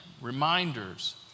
reminders